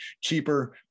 cheaper